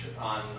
on